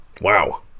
wow